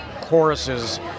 choruses